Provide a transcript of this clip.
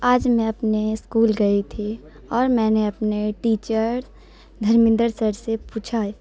آج میں اپنے اسکول گئی تھی اور میں نے اپنے ٹیچر دھرمندر سر سے پوچھا